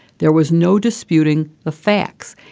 there was no disputing the facts.